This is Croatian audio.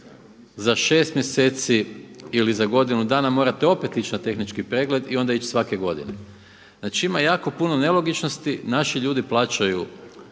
za 6 mjeseci ili za godinu dana morate opet ići na tehnički pregled i onda ići svake godine. Znači ima jako puno nelogičnosti, naši ljudi plaćaju